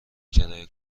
کرایه